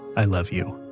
i love you